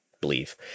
believe